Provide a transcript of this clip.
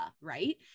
right